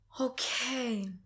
Okay